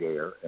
Air